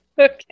Okay